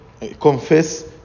confess